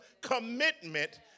commitment